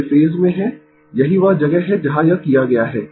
वे phase में है यही वह जगह है जहाँ यह किया गया है